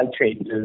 changes